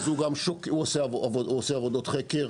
אז הוא גם עושה עבודות חקר,